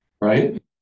right